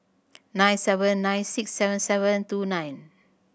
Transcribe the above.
nine seven nine six seven seven two nine